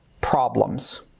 problems